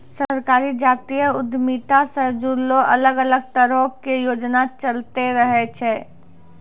सरकार जातीय उद्यमिता से जुड़लो अलग अलग तरहो के योजना चलैंते रहै छै